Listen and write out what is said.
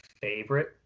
favorite